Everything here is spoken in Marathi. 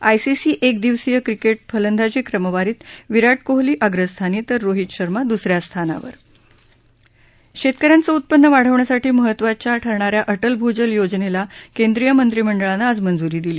आयसीसी एक दिवसीय क्रिकेट फलंदाजी क्रमवारीत विराट कोहली अग्रस्थानी तर रोहित शर्मा दुसऱ्या स्थानावर शेतकऱ्यांचं उत्पन्न वाढवण्यासाठी महत्वाची ठरणाऱ्या अटल भूजल योजनेला केंद्रीय मंत्रिमंडळानं आज मंजूरी दिली